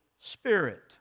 Spirit